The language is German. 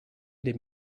dem